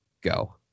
go